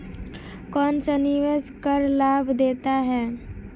कौनसा निवेश कर लाभ देता है?